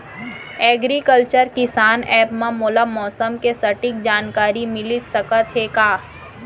Agriculture किसान app मा मोला मौसम के सटीक जानकारी मिलिस सकत हे का?